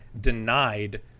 denied